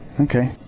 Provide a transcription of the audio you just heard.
Okay